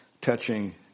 touching